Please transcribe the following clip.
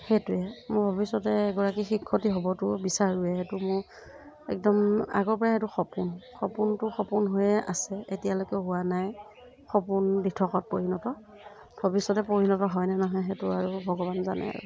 সেইটোৱে মই ভৱিষ্যতে এগৰাকী শিক্ষয়িত্ৰী হ'বতো বিচাৰোঁৱে সেইটো মোৰ একদম আগৰ পৰাই এইটো সপোন সপোনটো সপোন হৈয়ে আছে এতিয়ালৈকে হোৱা নাই সপোন দিঠকত পৰিণত ভৱিষ্যতে পৰিণত হয় নে নহয় সেইটো আৰু ভগৱানে জানে আৰু